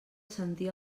sentir